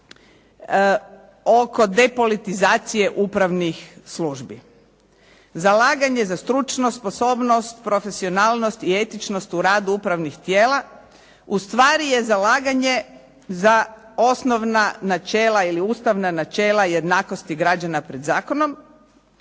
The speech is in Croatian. oko depolitizacije upravnih službi. Zalaganje za stručnost, sposobnost, profesionalnost i etičnost u radu upravnih tijela ustvari je zalaganje za osnovna načela ili ustavna načela jednakosti građana pred zakonom